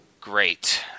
great